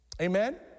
Amen